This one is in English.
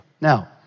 Now